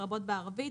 לרבות בערבית,